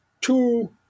two